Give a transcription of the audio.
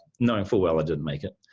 knowing full well i didn't make it.